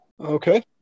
Okay